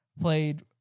played